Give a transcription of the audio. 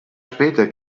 später